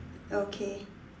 okay